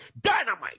dynamite